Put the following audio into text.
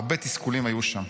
הרבה תסכולים היו שם.